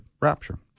rapture